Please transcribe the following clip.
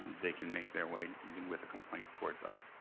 they can make their way with a complaint towards us.